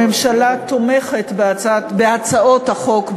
הממשלה תומכת בהצעות החוק,